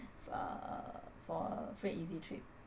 uh for free and easy trip